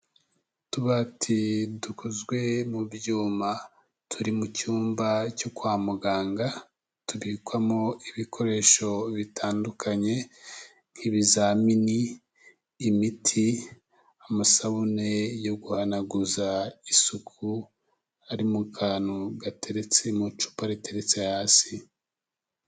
Utubati dukozwe mu byuma, turi mu cyumba cyo kwa muganga, tubikwamo ibikoresho bitandukanye, nk'ibizamini, imiti, amasabune yo guhanaguza isuku, ari mu kantu gateretse mu icupa riteretse hasi.